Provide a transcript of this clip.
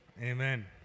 Amen